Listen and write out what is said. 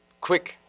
quick